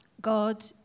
God